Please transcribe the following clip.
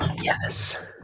Yes